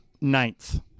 ninth